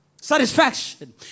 satisfaction